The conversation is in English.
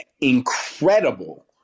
incredible